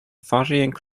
varying